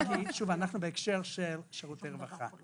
אנחנו בהקשר של שירותי רווחה,